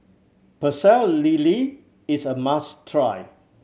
Pecel Lele is a must try